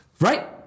Right